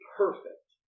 perfect